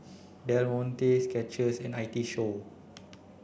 Del Monte Skechers and I T Show